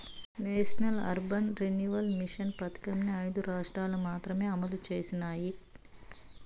national urban renewal mission పథకంని ఐదు రాష్ట్రాలు మాత్రమే అమలు చేసినాయి